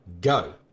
go